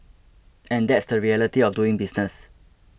and that's the reality of doing business